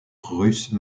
russe